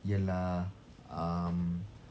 ialah um